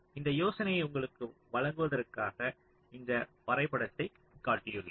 இந்த யோசனையை உங்களுக்கு வழங்குவதற்காக இந்த வரைபடத்தைக் காட்டியுள்ளேன்